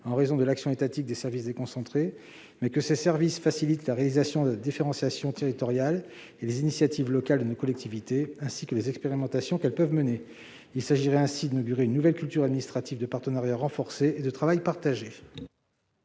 en raison de l'action étatique des services déconcentrés, mais que ces services facilitent la réalisation de la différenciation territoriale et les initiatives locales de nos collectivités ainsi que les expérimentations qu'elles peuvent mener. Il s'agirait ainsi d'inaugurer une nouvelle culture administrative de partenariat renforcé et de travail partagé.